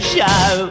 Show